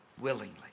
willingly